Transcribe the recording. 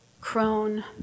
crone